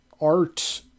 art